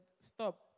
Stop